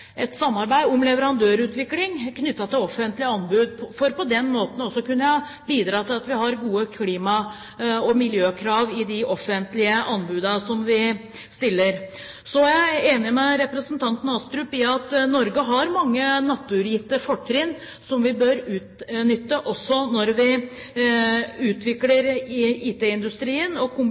et samarbeid om leverandørutvikling knyttet til offentlige anbud, for på den måten å kunne bidra til at vi har gode klima- og miljøkrav i de offentlige anbudene. Jeg er enig med representanten Astrup i at Norge har mange naturgitte fortrinn som vi bør utnytte, også når vi utvikler IT-industrien, og